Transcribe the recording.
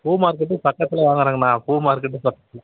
பூ மார்க்கெட்டுக்கு பக்கத்தில் வாங்கறங்கண்ணா பூ மார்க்கெட்டுக்கு பக்கத்தில்